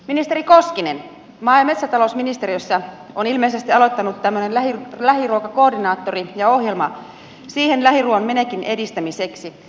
ministeri koskinen maa ja metsätalousministeriössä on ilmeisesti aloittanut tämmöinen lähiruokakoordinaattori ja ohjelma lähiruuan menekin edistämiseksi